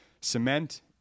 Cement